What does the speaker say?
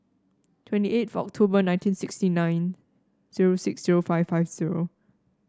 twenty eight October nineteen sixty nine zero six zero five five zero